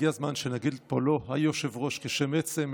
הגיע הזמן שנגיד פה לא היושב-ראש כשם עצם,